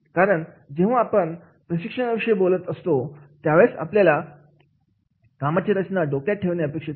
कारण जेव्हा आपण प्रशिक्षणा विषयी बोलत असतो त्यावेळेस आपल्याला कामाची रचना डोक्यात ठेवणे अपेक्षित आहे